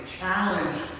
challenged